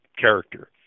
character